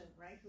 right